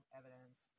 evidence